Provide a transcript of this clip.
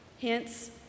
hence